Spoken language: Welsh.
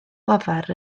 lafar